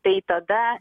tai tada